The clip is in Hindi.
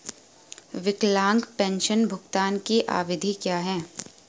विकलांग पेंशन भुगतान की अवधि क्या है?